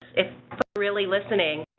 it's really listening